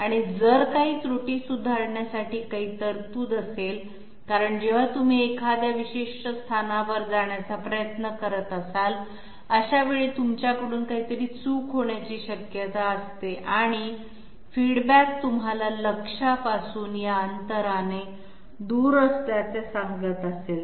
आणि जर काही त्रुटी सुधारण्यासाठी काही तरतूद असेल कारण जेव्हा तुम्ही एखाद्या विशिष्ट स्थानावर जाण्याचा प्रयत्न करत असाल अशावेळी तुमच्याकडून काही तरी चूक होण्याची शक्यता असते आणि फीडबॅक तुम्हाला लक्ष्यापासून या अंतराने दूर असल्याचे सांगत असेल